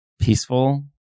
peaceful